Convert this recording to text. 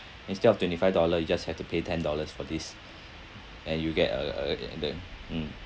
instead of twenty five dollar you just have to pay ten dollars for this and you get a a and the mm